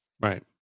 Right